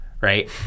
right